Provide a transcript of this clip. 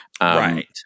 right